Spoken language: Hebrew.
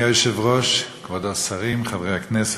אדוני היושב-ראש, כבוד השרים, חברי הכנסת,